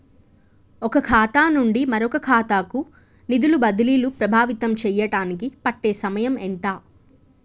ఒక ఖాతా నుండి మరొక ఖాతా కు నిధులు బదిలీలు ప్రభావితం చేయటానికి పట్టే సమయం ఎంత?